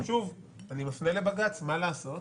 שוב, אני מפנה לבג"ץ, מה לעשות.